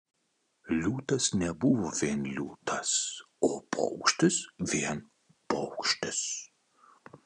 liūtas nebuvo vien liūtas o paukštis vien paukštis